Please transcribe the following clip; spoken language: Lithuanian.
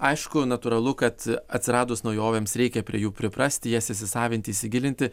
aišku natūralu kad atsiradus naujovėms reikia prie jų priprasti jas įsisavinti įsigilinti